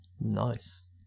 Nice